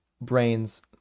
brains